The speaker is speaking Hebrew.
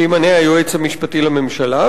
שימנה היועץ המשפטי לממשלה,